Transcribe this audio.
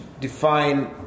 define